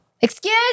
excuse